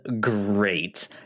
great